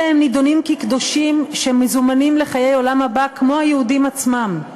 אלא הם נידונים כקדושים שמזומנים לחיי העולם הבא כמו היהודים עצמם.